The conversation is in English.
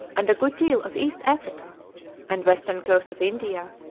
and a good deal of east africa and western coast of india,